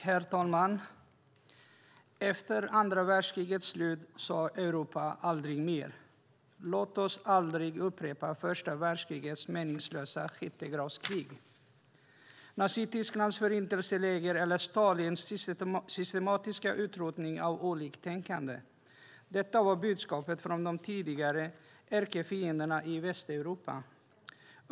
Herr talman! Efter andra världskrigets slut sade Europa: Aldrig mer! Låt oss aldrig upprepa första världskrigets meningslösa skyttegravskrig, Nazitysklands förintelseläger eller Stalins systematiska utrotning av oliktänkande. Detta var budskapet från de tidigare ärkefienderna i Västeuropa.